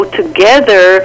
together